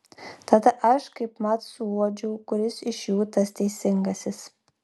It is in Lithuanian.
tad aš kaipmat ir suuodžiu kuris iš jų tas teisingasis